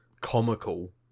comical